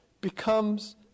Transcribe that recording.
becomes